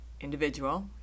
individual